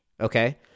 okay